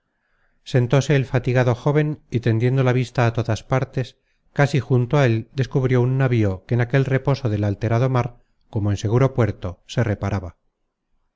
sentóse el fatigado jóven y tendiendo la vista á todas partes casi junto á él descubrió un navío que en aquel reposo del alterado mar como en seguro puerto se reparaba